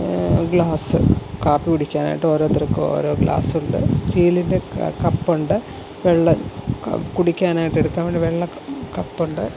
glass കാപ്പി കുടിക്കാനായിട്ട് ഓരോരുത്തർക്കും ഓരോ ഗ്ലാസുണ്ട് സ്റ്റീലിൻ്റെ ക കപ്പുണ്ട് വെള്ളം കുടിക്കാനായിട്ട് എടുക്കാനൊരു വെള്ള ക കപ്പുണ്ട്